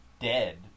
dead